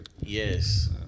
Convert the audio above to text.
Yes